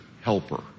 helper